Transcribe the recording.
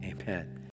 amen